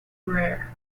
rare